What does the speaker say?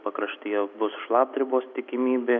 pakraštyje bus šlapdribos tikimybė